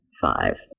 five